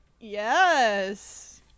Yes